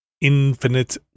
Infinite